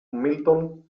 milton